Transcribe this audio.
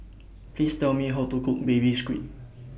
Please Tell Me How to Cook Baby Squid